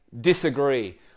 disagree